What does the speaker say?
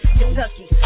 Kentucky